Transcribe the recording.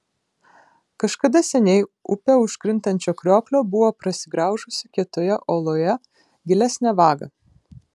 kažkada seniai upė už krintančio krioklio buvo prasigraužusi kietoje uoloje gilesnę vagą